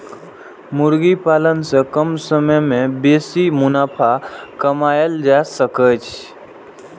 मुर्गी पालन सं कम समय मे बेसी मुनाफा कमाएल जा सकैए